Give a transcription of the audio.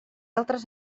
altres